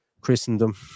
Christendom